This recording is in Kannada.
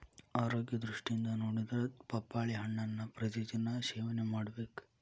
ಆರೋಗ್ಯ ದೃಷ್ಟಿಯಿಂದ ನೊಡಿದ್ರ ಪಪ್ಪಾಳಿ ಹಣ್ಣನ್ನಾ ಪ್ರತಿ ದಿನಾ ಸೇವನೆ ಮಾಡಬೇಕ